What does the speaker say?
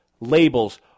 labels